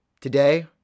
Today